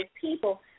people